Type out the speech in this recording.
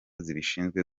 zibishinzwe